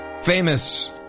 famous